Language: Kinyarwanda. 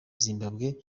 zimbabwe